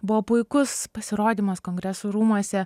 buvo puikus pasirodymas kongresų rūmuose